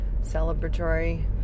celebratory